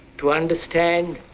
to understand